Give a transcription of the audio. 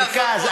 מרכז,